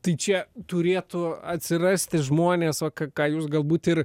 tai čia turėtų atsirasti žmonės o ką jūs galbūt ir